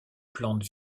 plante